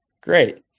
Great